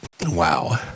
Wow